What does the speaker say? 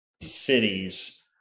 cities